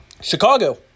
Chicago